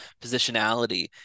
positionality